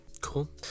Cool